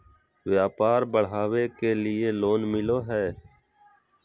व्यापार बढ़ावे के लिए लोन मिलो है?